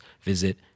visit